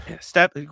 step